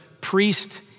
priest